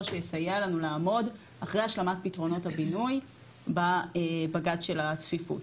שיסייע לנו לעמוד אחרי השלמת פתרונות הבינוי בבג"צ של הצפיפות.